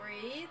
breathe